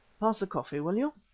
pass the coffee, will you?